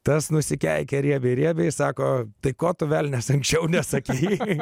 tas nusikeikė riebiai riebiai sako tai ko tu velnias anksčiau nesakei